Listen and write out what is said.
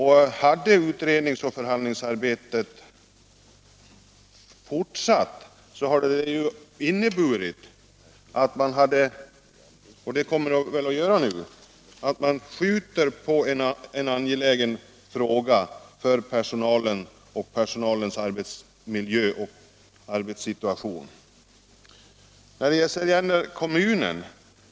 Hade utredningsoch förhandlingsarbetet fortsatt, hade det inneburit — så kommer väl nu också att ske — att man skjutit på en för personalen och dess arbetssituation angelägen åtgärd.